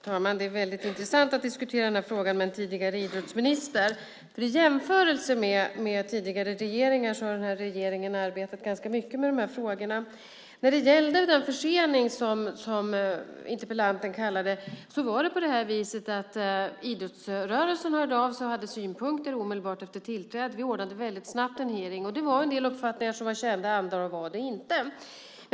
Herr talman! Det är väldigt intressant att diskutera den här frågan med en tidigare idrottsminister. I jämförelse med tidigare regeringar har den här regeringen arbetat ganska mycket med de här frågorna. När det gäller den försening som interpellanten kallar det var det idrottsrörelsen som hörde av sig och hade synpunkter omedelbart efter tillträdet. Vi ordnade en hearing väldigt snabbt. Det fanns en del uppfattningar som var kända, och andra var det inte.